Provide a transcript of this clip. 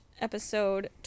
episode